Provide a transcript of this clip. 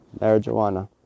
Marijuana